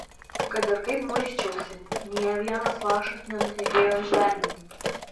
kad ir kaip muisčiausi nė vienas lašas nenutekėjo žemėn